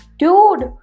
dude